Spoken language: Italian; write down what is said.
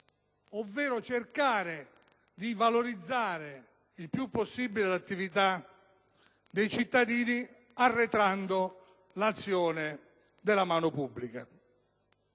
ovvero cercare di valorizzare il più possibile l'attività dei cittadini, arretrando l'azione della mano pubblica.